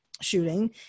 shooting